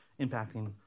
impacting